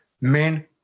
Men